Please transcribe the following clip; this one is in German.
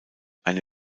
eine